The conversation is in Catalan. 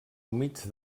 humits